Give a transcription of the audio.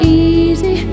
easy